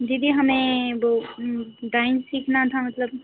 दीदी हमें वह डाइंग सीखना था मतलब